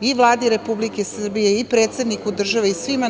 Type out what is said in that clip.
i Vladi Republike Srbije i predsedniku države i svima